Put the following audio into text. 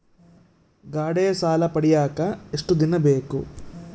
ಗಾಡೇ ಸಾಲ ಪಡಿಯಾಕ ಎಷ್ಟು ದಿನ ಬೇಕು?